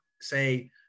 say